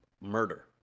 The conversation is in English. murder